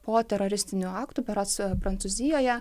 po teroristinių aktų berods prancūzijoje